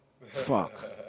fuck